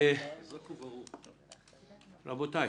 רבותי,